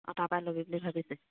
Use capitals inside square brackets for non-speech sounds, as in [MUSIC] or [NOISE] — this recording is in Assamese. [UNINTELLIGIBLE]